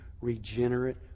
regenerate